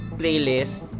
playlist